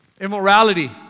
immorality